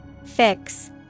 Fix